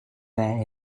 there